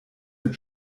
mit